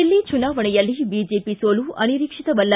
ದಿಲ್ಲಿ ಚುನಾವಣೆಯಲ್ಲಿ ಬಿಜೆಪಿ ಸೋಲು ಅನಿರೀಕ್ಷಿತವಲ್ಲ